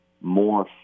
more